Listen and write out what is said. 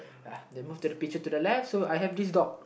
ah they move to the picture to the left so I have this dog